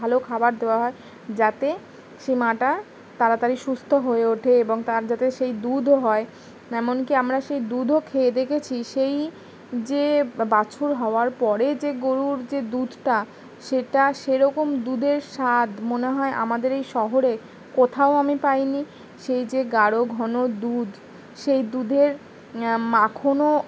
ভালো খাবার দেওয়া হয় যাতে সে মাটা তাড়াতাড়ি সুস্থ হয়ে ওঠে এবং তার যাতে সেই দুধও হয় এমনকি আমরা সেই দুধও খেয়ে দেখেছি সেই যে বাছুর হওয়ার পরে যে গরুর যে দুধটা সেটা সেরকম দুধের স্বাদ মনে হয় আমাদের এই শহরে কোথাও আমি পাইনি সেই যে গাঢ় ঘন দুধ সেই দুধের মাখনও